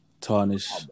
Tarnish